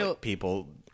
people